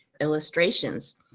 illustrations